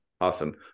Awesome